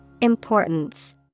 Importance